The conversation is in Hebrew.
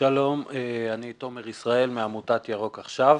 אני מעמותת "ירוק עכשיו".